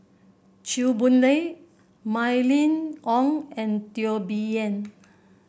Chew Boon Lay Mylene Ong and Teo Bee Yen